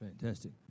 Fantastic